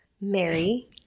Mary